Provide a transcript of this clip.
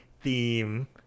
theme